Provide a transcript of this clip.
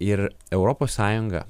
ir europos sąjunga